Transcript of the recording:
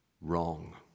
wrong